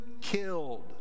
killed